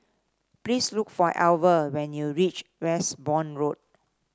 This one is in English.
please look for Alver when you reach Westbourne Road